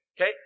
Okay